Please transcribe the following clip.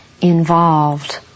involved